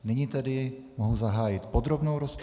Nyní tedy mohu zahájit podrobnou rozpravu.